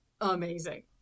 amazing